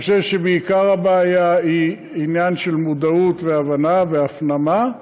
אני חושב שבעיקר הבעיה היא עניין של מודעות והבנה והפנמה.